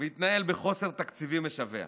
והתנהל בחוסר תקציבי משווע.